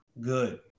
good